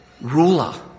ruler